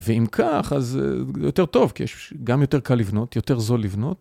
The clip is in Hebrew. ואם כך, אז יותר טוב, כי גם יותר קל לבנות, יותר זול לבנות.